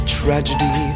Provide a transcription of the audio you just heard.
tragedy